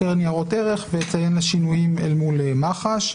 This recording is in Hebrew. ניירות ערך ואציין שינויים אל מול מח"ש.